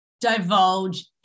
divulge